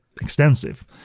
extensive